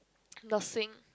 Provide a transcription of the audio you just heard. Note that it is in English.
nursing